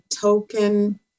token